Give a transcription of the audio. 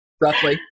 roughly